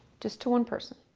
just to one person.